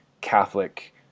Catholic